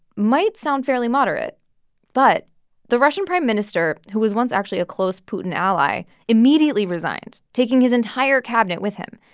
might sound fairly moderate but the russian prime minister who was once actually a close putin ally immediately immediately resigned, taking his entire cabinet with him.